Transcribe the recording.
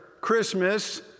Christmas